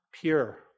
pure